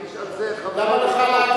להגיד שהגיש על זה חברנו, למה לך להגיד?